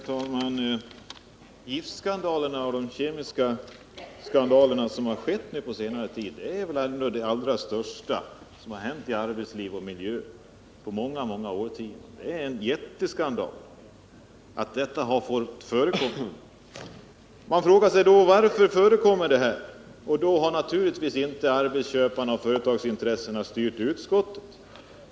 Herr talman! Giftskandalerna och de kemiska skandaler som inträffat på senare tid är väl ändå de allra största som hänt i arbetsliv och miljö på många årtionden. Det är en jätteskandal att något sådant fått förekomma. tressena har naturligtvis inte styrt utskottet.